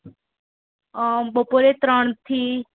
અ બપોરે ત્રણથી